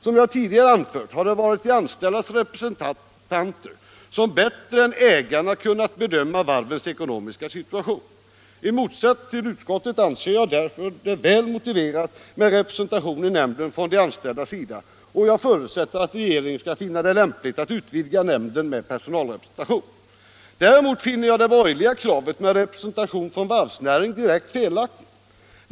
Som jag tidigare anfört har de anställdas representanter bättre än ägarna kunnat bedöma varvets ekonomiska situation. I motsats till utskottet anser jag det därför väl motiverat med representation i nämnden för de anställda, och jag förutsätter att regeringen skall finna det lämpligt att utvidga nämnden med personalrepresentation. Däremot finner jag det borgerliga kravet på en representation från varvsnäringen direkt felaktigt.